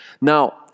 Now